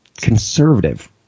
conservative